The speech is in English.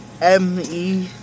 M-E